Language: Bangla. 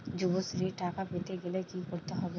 যুবশ্রীর টাকা পেতে গেলে কি করতে হবে?